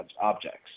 objects